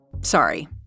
sorry